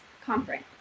conference